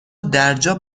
درجا